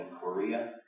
Korea